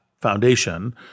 foundation